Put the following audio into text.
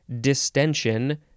distension